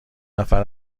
نفر